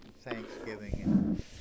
thanksgiving